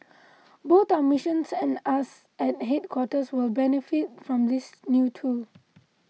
both our missions and us at headquarters will benefit from this new tool